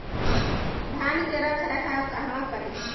धान के रख रखाव कहवा करी?